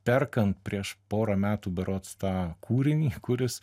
perkant prieš porą metų berods tą kūrinį kuris